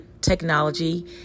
technology